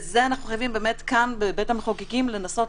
ואנחנו חייבים כאן בבית המחוקקים לנסות